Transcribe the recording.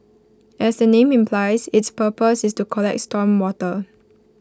as the name implies its purpose is to collect storm water